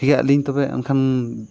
ᱴᱷᱤᱠ ᱜᱮᱭᱟ ᱟᱹᱞᱤᱧ ᱛᱚᱵᱮ ᱮᱱᱠᱷᱟᱱ